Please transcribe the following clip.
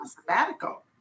sabbatical